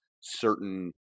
certain